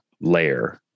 layer